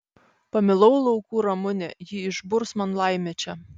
pamilau laukų ramunę ji išburs man laimę čia